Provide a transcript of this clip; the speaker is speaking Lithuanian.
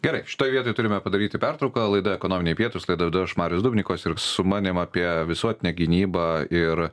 gerai šitoj vietoj turime padaryti pertrauką laida ekonominiai pietūs laidą vedu aš marius dubnikovas ir su manim apie visuotinę gynybą ir